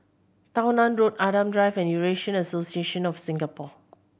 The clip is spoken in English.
Tao Nan Road Adam Drive and Eurasian Association of Singapore